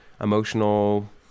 emotional